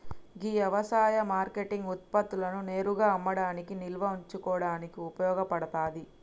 గీ యవసాయ మార్కేటింగ్ ఉత్పత్తులను నేరుగా అమ్మడానికి నిల్వ ఉంచుకోడానికి ఉపయోగ పడతాది